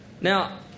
Now